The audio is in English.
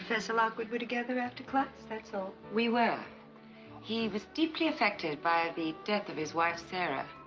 professor lockwood were together after class. that's all we were he was deeply affected by the death of his wife sarah